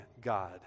God